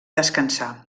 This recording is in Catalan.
descansar